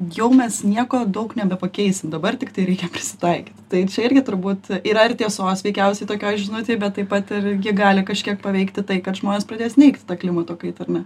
jau mes nieko daug nebepakeisim dabar tiktai reikia prisitaikyt tai čia irgi turbūt yra ir tiesos veikiausiai tokioj žinutėj bet taip pat ir ji gali kažkiek paveikti tai kad žmonės pradės neigti klimato kaitą ar ne